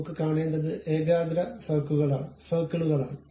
നമുക്ക് കാണേണ്ടത് ഏകാഗ്ര സർക്കിളുകളാണ്